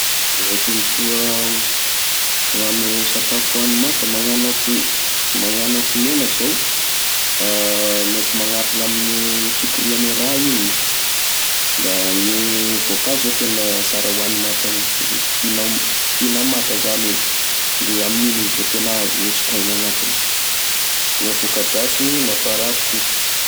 Gne tombosoa gn'ame sakafo oany magnano akon- magnano ako ny hena zao mety magnampy ame fikoriagne rà iny ,da gne voakazo e tena sara oany mata mihitsy satria fihina mata zany izy, ndre amin'igny izy vô tena azo ny gn'otrikaina agnatiny, gne voka-dratsiny, maparary troky.